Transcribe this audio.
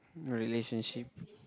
relationship